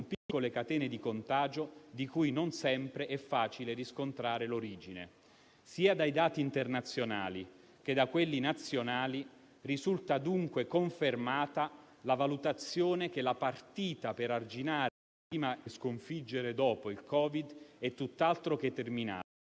piccole catene di contagio di cui non sempre è facile riscontrare l'origine. Sia dai dati internazionali che da quelli nazionali, risulta, dunque, confermata la valutazione che la partita per arginare, prima, e sconfiggere, dopo, il Covid è tutt'altro che terminata.